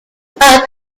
but